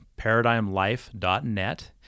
ParadigmLife.net